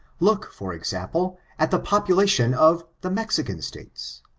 look, for example, at the population of the mex ican states.